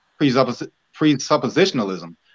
presuppositionalism